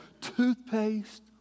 toothpaste